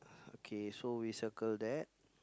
okay so we circle that